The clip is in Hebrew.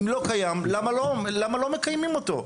ואם לא קיים, למה לא מקיימים דבר כזה?